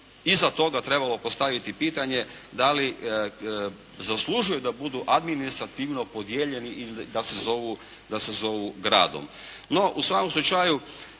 izda toga trebalo postaviti pitanje, da li zaslužuju da budu administrativno podijeljeni ili da se zovu gradom. No, u svakom slučaju